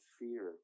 fear